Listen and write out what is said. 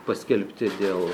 paskelbti dėl